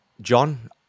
John